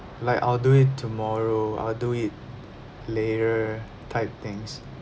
like I'll do it tomorrow I'll do it later type things